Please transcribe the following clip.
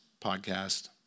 podcast